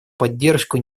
поддержку